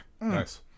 Nice